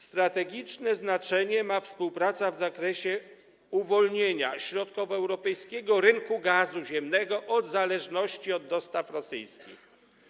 Strategiczne znaczenie ma współpraca w zakresie uwolnienia środkowoeuropejskiego rynku gazu ziemnego od zależności od dostaw rosyjskich.